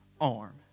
arm